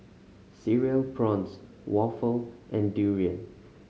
Cereal Prawns waffle and durian